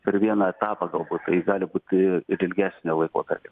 per vieną etapą galbūt tai gali būt ir ir ilgesnio laikotarpio